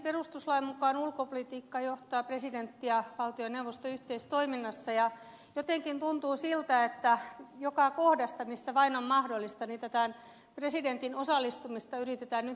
perustuslain mukaan ulkopolitiikkaa johtavat presidentti ja valtioneuvosto yhteistoiminnassa ja jotenkin tuntuu siltä että joka kohdasta missä vain on mahdollista tätä presidentin osallistumista yritetään nyt nakertaa